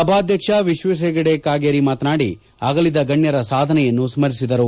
ಸಭಾಧ್ಯಕ್ಷ ವಿಶ್ವೇಶ್ವರ ಹೆಗಡೆ ಕಾಗೇರಿ ಮಾತನಾದಿ ಆಗಲಿದ ಗಣ್ಯರ ಸಾಧನೆಯನ್ನು ಸ್ಕರಿಸಿದರು